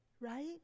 right